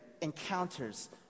encounters